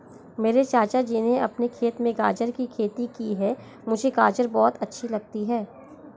मेरे चाचा जी ने अपने खेत में गाजर की खेती की है मुझे गाजर बहुत अच्छी लगती है